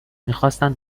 میخواستند